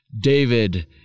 David